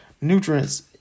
nutrients